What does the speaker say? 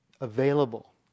available